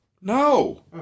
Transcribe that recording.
No